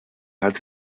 hat